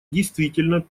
действительно